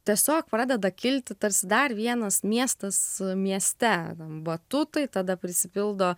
tiesiog pradeda kilti tarsi dar vienas miestas mieste batutai tada prisipildo